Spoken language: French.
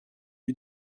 lui